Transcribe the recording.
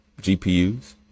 GPUs